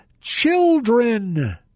children